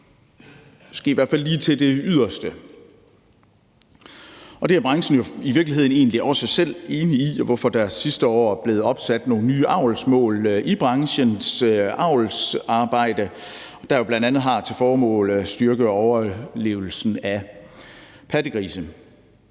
Det er branchen i virkeligheden egentlig også selv enig i, hvorfor der sidste år blev opsat nogle nye avlsmål i branchens avlsarbejde, der bl.a. har til formål at styrke overlevelsen af pattegrise.